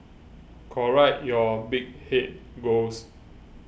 correct your big head ghost